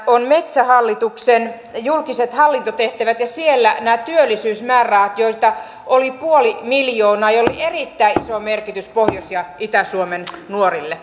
on metsähallituksen julkiset hallintotehtävät ja siellä nämä työllisyysmäärärahat joita oli puoli miljoonaa ja joilla oli erittäin iso merkitys pohjois ja itä suomen nuorille